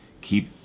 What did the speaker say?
Keep